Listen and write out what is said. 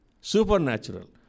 supernatural